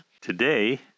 Today